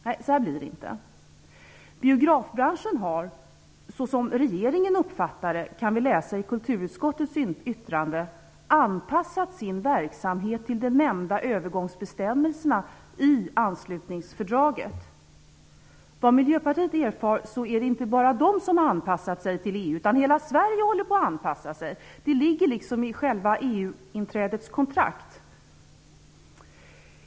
Nej, så blir det inte. I kulturutskottets yttrande kan vi läsa att biografbranschen, som regeringen uppfattat det, har anpassat sin verksamhet till de nämnda övergångsbestämmelserna i anslutningsfördraget. Vad Miljöpartiet erfar är det inte bara den som har anpassat sig till EU; utan hela Sverige håller på att anpassa sig. Det ligger liksom i själva EU-inträdets kontrakt.